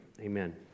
amen